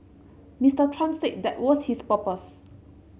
Mister Trump said that was his purpose